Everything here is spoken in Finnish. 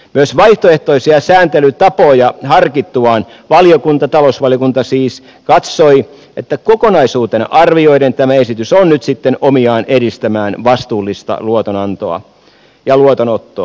myös vaihtoehtoisia sääntelytapoja harkittuaan talousvaliokunta katsoi että kokonaisuutena arvioiden tämä esitys on nyt sitten omiaan edistämään vastuullista luotonantoa ja luotonottoa